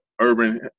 Urban